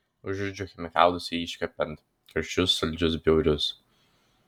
užuodžiu chemikalus jai iškvepiant karčius saldžius bjaurius